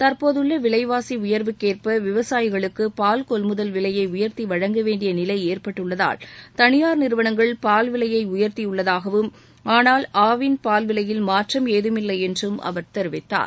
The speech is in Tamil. தற்போதுள்ள விலைவாசி உயர்வுக்கேற்ப விவசாயிகளுக்கு பால் கொள்முதல் விலையை உயர்த்தி வழங்க வேண்டிய நிலை ஏற்பட்டுள்ளதால் தனியார் நிறுவனங்கள் பால் விலையை உயர்த்தியுள்ளதாகவும் ஆனால் ஆவின் பால் விலையில் மாற்றம் ஏதமில்லை என்றும் அவர் தெரிவித்தார்